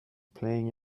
playing